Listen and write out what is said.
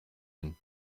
hin